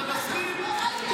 הוא לא קרא